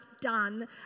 done